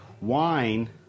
Wine